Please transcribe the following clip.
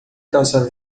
calça